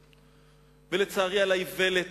ולצערי, על האיוולת